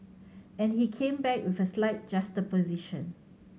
and he came back with a slight juxtaposition